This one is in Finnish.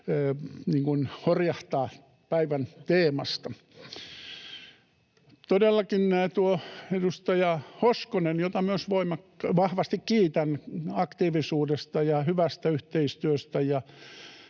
horjahtaa päivän teemasta. Todellakin, edustaja Hoskonen — jota myös vahvasti kiitän aktiivisuudesta ja hyvästä yhteistyöstä,